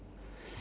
wait